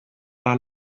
par